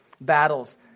battles